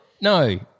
No